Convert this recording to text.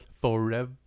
Forever